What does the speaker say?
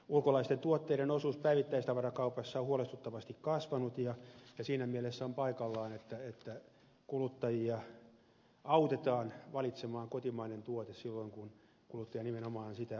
ulkomaisten tuotteiden osuus päivittäistavarakaupassa on huolestuttavasti kasvanut ja siinä mielessä on paikallaan että kuluttajia autetaan valitsemaan kotimainen tuote silloin kun kuluttaja nimenomaan sitä haluaa